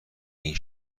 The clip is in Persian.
این